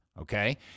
Okay